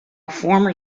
former